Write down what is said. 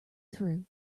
through